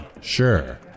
Sure